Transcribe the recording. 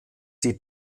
die